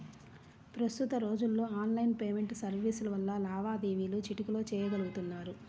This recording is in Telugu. ప్రస్తుత రోజుల్లో ఆన్లైన్ పేమెంట్ సర్వీసుల వల్ల లావాదేవీలు చిటికెలో చెయ్యగలుతున్నారు